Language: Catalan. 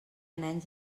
nens